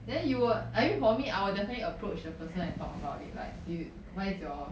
then you will I mean for me I will definitely approach the person and talk about it like dude why is your